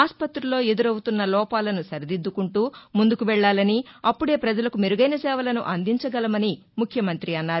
ఆస్పతుల్లో ఎదురవుతున్న లోపాలను సరిదిద్యకుంటూ ముందుకు వెళ్లాలని అప్పుదే ప్రజలకు మెరుగైన సేవలను అందించగలమని ముఖ్యమంతి అన్నారు